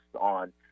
on